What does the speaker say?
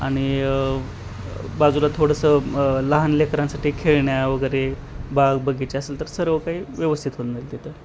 आणि बाजूला थोडंसं लहान लेकरांसाठी खेळण्या वगैरे बाग बगीचा असेल तर सर्व काही व्यवस्थित होऊन जाईल तिथं